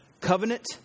Covenant